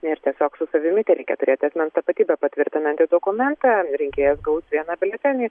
ir tiesiog su savimi tereikia turėti asmens tapatybę patvirtinantį dokumentą rinkėjas gaus vieną biuletenį